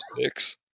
six